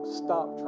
stop